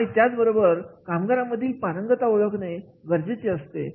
आणि त्याच बरोबर कामगारांमधील पारंगतता ओळखणे गरजेचे असते